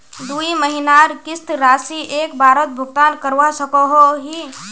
दुई महीनार किस्त राशि एक बारोत भुगतान करवा सकोहो ही?